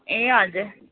ए हजुर